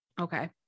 Okay